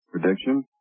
prediction